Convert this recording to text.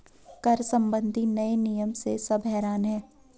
कर संबंधी नए नियम से सब हैरान हैं